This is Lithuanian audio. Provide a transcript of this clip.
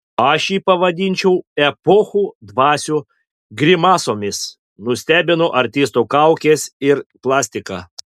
aš jį pavadinčiau epochų dvasių grimasomis nustebino artistų kaukės ir plastika